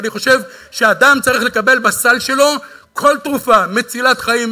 אני חושב שאדם צריך בסל שלו כל תרופה: מצילת חיים,